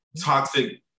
toxic